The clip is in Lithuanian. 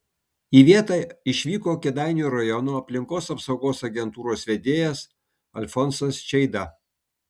į vietą išvyko kėdainių rajono aplinkos apsaugos agentūros vedėjas alfonsas čeida